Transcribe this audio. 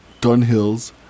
Dunhills